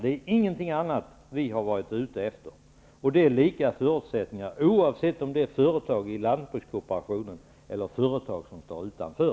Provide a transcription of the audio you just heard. Vi har inte varit ute efter något annat. Det skall gälla samma förutsättningar både för företag i lantbrukskooperationen och företag som står utanför.